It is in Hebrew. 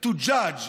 to judge,